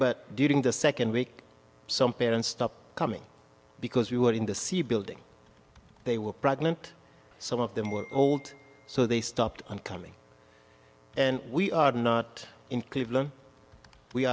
but during the second week some parents stopped coming because we were in the sea building they were pregnant some of them were old so they stopped coming and we are not in cleveland we